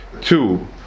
Two